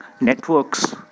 networks